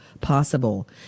possible